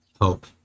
hope